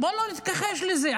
בוא לא נתכחש לזה,